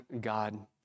God